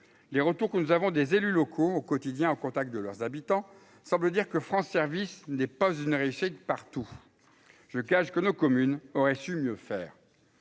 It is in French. les retours que nous avons des élus locaux au quotidien au contact de leurs habitants semble dire que France service n'est pas une réussite partout je cache que nos communes aurait su mieux faire,